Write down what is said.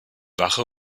wache